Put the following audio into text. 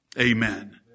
amen